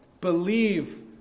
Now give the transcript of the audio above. believe